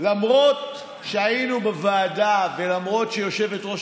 למרות שהיינו בוועדה ולמרות שיושבת-ראש